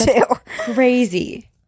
crazy